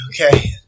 Okay